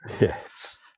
Yes